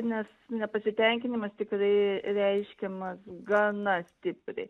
nes nepasitenkinimas tikrai reiškiamas gana stipriai